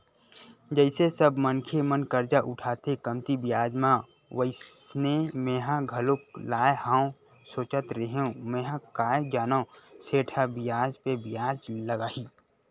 जइसे सब मनखे मन करजा उठाथे कमती बियाज म वइसने मेंहा घलोक लाय हव सोचत रेहेव मेंहा काय जानव सेठ ह बियाज पे बियाज लगाही